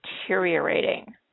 deteriorating